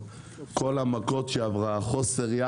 והסתבר שהפרשי מחירים עד 20% הצרכן